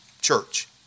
church